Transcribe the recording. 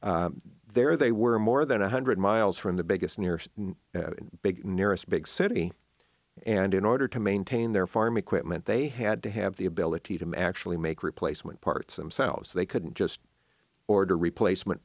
mechanics there they were more than one hundred miles from the biggest nearest big nearest big city and in order to maintain their farm equipment they had to have the ability to actually make replacement parts and selves they couldn't just order replacement